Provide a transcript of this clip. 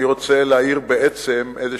אני רוצה להאיר בעצם איזה